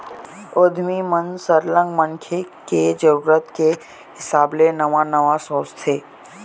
उद्यमी मन सरलग मनखे के जरूरत के हिसाब ले नवा नवा सोचथे